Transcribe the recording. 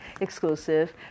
exclusive